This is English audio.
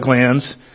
glands